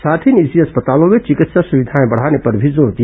साथ ही निजी अस्पतालों में चिकित्सा सुविधाएं बढ़ाने परे मी जोर दिया